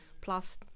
plus